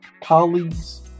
colleagues